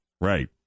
Right